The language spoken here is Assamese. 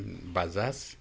বাজাজ